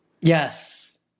Yes